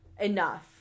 enough